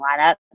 lineup